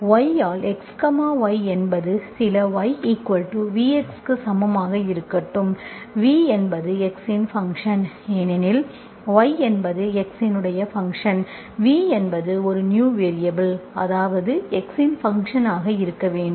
Y ஆல் x y என்பது சில yVx க்கு சமமாக இருக்கட்டும் V என்பது x இன் ஃபங்க்ஷன் ஏனெனில் y என்பது x இன் ஃபங்க்ஷன் V என்பது ஒரு நியூ வேரியபல் அதாவது x இன் ஃபங்க்ஷன் ஆக இருக்க வேண்டும்